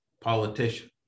politician